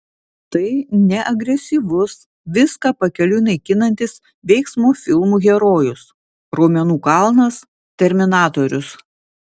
tai ne agresyvus viską pakeliui naikinantis veiksmo filmų herojus raumenų kalnas terminatorius